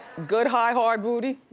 good, high, hard, booty.